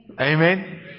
Amen